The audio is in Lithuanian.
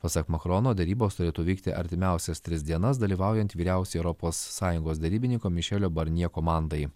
pasak makrono derybos turėtų vykti artimiausias tris dienas dalyvaujant vyriausiojo europos sąjungos derybininko mišelio barnjė komandai